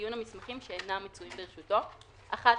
(9)הנימוקים שעליהם מבסס העורר את עררו,